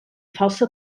falsa